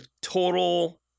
total